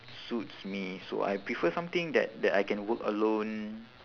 suits me so I prefer something that that I can work alone